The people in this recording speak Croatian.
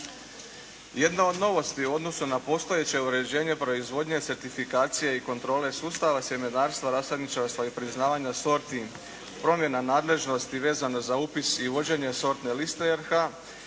Jedna od novosti u odnosu na postojeće uređenje proizvodnje, certifikacije i kontrole sustava sjemenarstva, rasadničarstva i priznavanja sorti, promjena nadležnosti vezano za upis i vođenje sortne liste RH